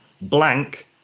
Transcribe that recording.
Blank